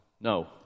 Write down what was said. no